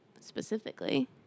specifically